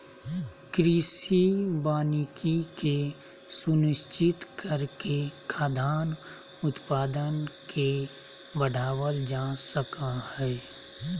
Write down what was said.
कृषि वानिकी के सुनिश्चित करके खाद्यान उत्पादन के बढ़ावल जा सक हई